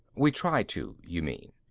we try to, you mean.